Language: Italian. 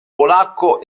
polacco